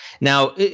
Now